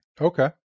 Okay